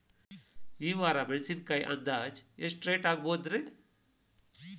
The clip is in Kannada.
ಈ ವಾರ ಮೆಣಸಿನಕಾಯಿ ಅಂದಾಜ್ ಎಷ್ಟ ರೇಟ್ ಆಗಬಹುದ್ರೇ?